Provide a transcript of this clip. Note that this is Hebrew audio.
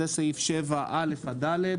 זה סעיף 7(א) עד (ד).